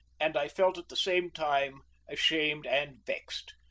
and i felt at the same time ashamed and vexed.